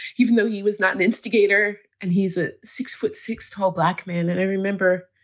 even though he was not an instigator. and he's a six foot six tall black man and i remember.